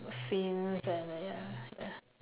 scenes and ya ya